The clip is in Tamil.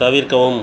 தவிர்க்கவும்